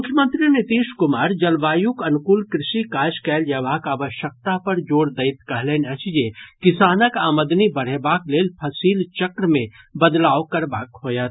मुख्यमंत्री नीतीश कुमार जलवायुक अनुकूल कृषि काज कयल जयबाक आवश्यकता पर जोर दैत कहलनि अछि जे किसानक आमदनी बढ़ेबाक लेल फसिल चक्र मे बदलाव करबाक होयत